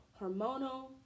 hormonal